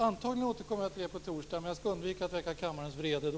Antagligen återkommer jag till detta på torsdag, men jag skall undvika att väcka kammarens vrede då.